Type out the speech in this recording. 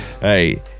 Hey